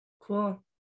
Cool